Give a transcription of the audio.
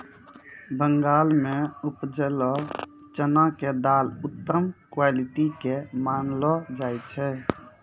बंगाल मॅ उपजलो चना के दाल उत्तम क्वालिटी के मानलो जाय छै